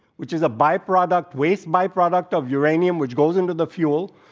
which is a byproduct waste byproduct of uranium, which goes into the fuel.